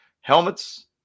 helmets